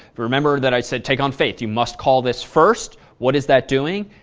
remember that i said take on faith. you must call this first. what is that doing?